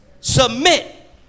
submit